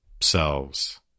selves